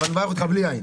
אבל נברך אותך בלי יין.